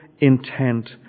intent